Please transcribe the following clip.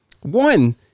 One